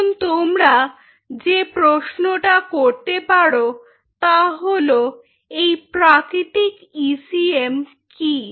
এখন তোমরা যে প্রশ্নটা করতে পারো তা হল এই প্রাকৃতিক ইসিএম কি